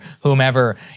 whomever